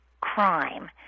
crime